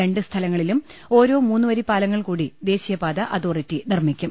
രണ്ട് സ്ഥലങ്ങ ളിലും ഓരോ മൂന്നുവരിപ്പാലങ്ങൾകൂടി ദേശീയപാതാ അതോറിറ്റി നിർമ്മിക്കും